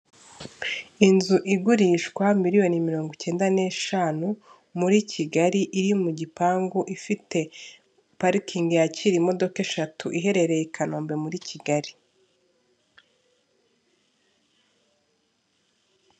Inzu igurishwa miliyoni mirongo icyenda n'eshanu muri Kigali iri mu gipangu, ifite parikingi yakira imodoka eshatu iherereye i Kanombe muri Kigali.